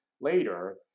later